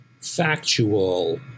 factual